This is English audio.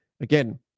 Again